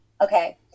okay